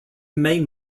main